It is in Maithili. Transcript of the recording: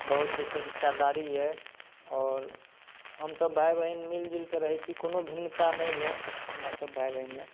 बहुत जे छै हिस्सेदारी यऽ आओर हमसभ भाई भी मिल जुलिकऽ रहै छी कोनो भिन्नता नहि यऽ हमरा सभ भाई बहिनमे